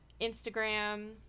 Instagram